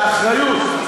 באחריות.